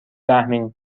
رحمین